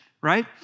right